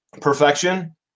perfection